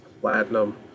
platinum